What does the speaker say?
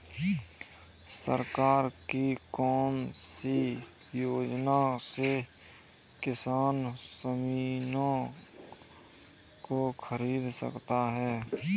सरकार की कौन सी योजना से किसान मशीनों को खरीद सकता है?